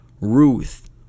Ruth